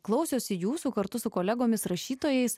klausėsi jūsų kartu su kolegomis rašytojais